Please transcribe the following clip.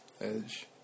edge